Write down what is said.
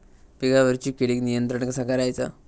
पिकावरची किडीक नियंत्रण कसा करायचा?